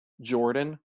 Jordan